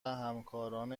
همکاران